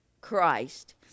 Christ